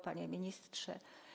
Panie Ministrze!